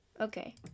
okay